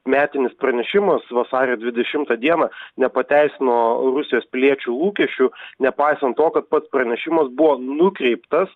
metinis pranešimas vasario dvidešimtą dieną nepateisino rusijos piliečių lūkesčių nepaisant to kad pats pranešimas buvo nukreiptas